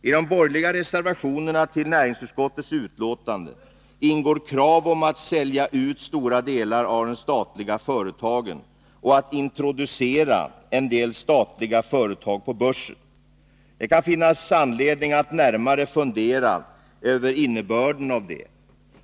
I de borgerliga reservationerna till näringsutskottets betänkande ingår krav om att sälja ut stora delar av de statliga företagen och att introducera en del statliga företag på börsen. Det kan finnas anledning att närmare fundera över innebörden av det.